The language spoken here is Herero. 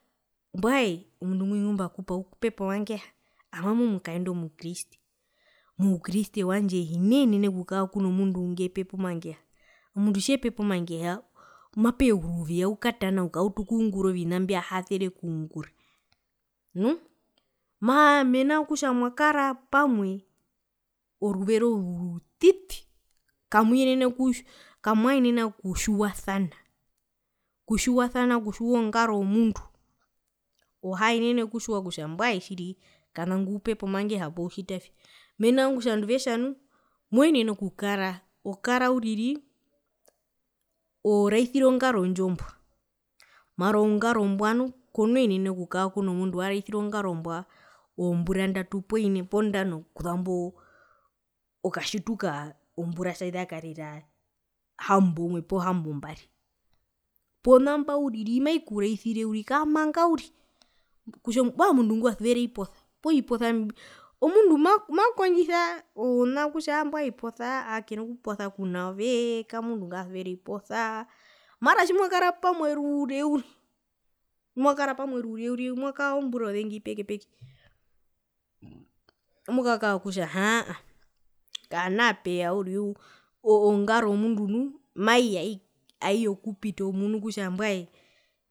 Mbwae omundu ngwi ngumbakupa upepa omangeha ami owami omukaendu omukriste moukriste wandje hine kara puno mundu ngupepa omangeha omundu tjepepa omangeha mapeya ouruviwe aukatanauka autu okungura ovina mbihasere nu, mana mena rokutja mwakara pamwe oruveze orutiti kamuyene kamuyaenena okutjiwasana okutjiwasana okutjiwa ongaro ongaro yomundu ohaenene okutjiwa kutja mbwae tjiri kana ngwi upepa omangeha poo utjitavi mena rokutja nu moenene okukara okara uriri oraisire ongarondjo ongaro mbwa mara ongaro mbwa nu koenene okukara kuno mundu waraisiro ngaro mbwa ozombura ndatu poo ine pondano kuzambo okatjituka ozombura tjizakarira hamboumwe poo hambombari ponamba uriri maikuraizire uriri kamanga uriri kutja mbwae omundu ngo wasuvera oviposa poo oviposa omundu ma makondjisa oona kutja mbwae oviposa aa kena kuposa kwena ovee kamundu ngwasuvera oviposa mara tjimwakara pamwe orure uriri tjimwakara pamwe orure uriri mwakaa ozombura ozengi peke peke mokakaa kutja haaa kana peya uriri ongaro yomundu maiya aiyekupita omunu kutja mbwae